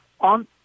on